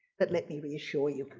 but let me reassure you!